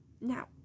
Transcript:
Now